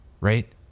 right